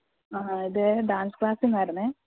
ആ ഇത് ഡാൻസ് ക്ലാസിനായിരുന്നേ